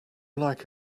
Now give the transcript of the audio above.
like